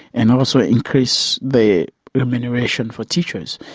and also increase the remuneration for teachers.